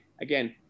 Again